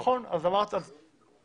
אמרתי זאת.